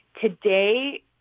today